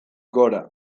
gora